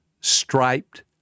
striped